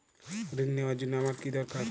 ঋণ নেওয়ার জন্য আমার কী দরকার?